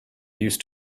used